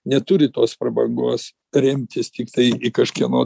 neturit tos prabangos remtis tiktai į kažkieno